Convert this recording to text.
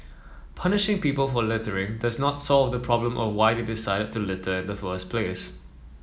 punishing people for littering does not solve the problem of why they decided to litter in the first place